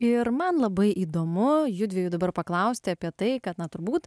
ir man labai įdomu jųdviejų dabar paklausti apie tai kad na turbūt